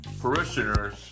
parishioners